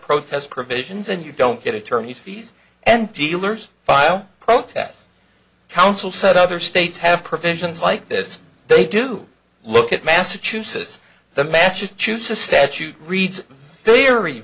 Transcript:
protest provisions and you don't get attorney's fees and dealers file protest counsel said other states have provisions like this they do look at massachusetts the matches choose a statute reads